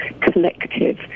collective